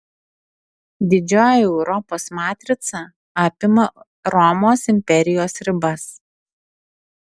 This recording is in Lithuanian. didžioji europos matrica apima romos imperijos ribas